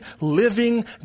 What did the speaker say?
living